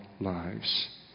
lives